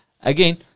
again